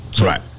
Right